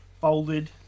folded